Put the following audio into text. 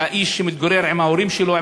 שאיש שמתגורר עם ההורים שלו,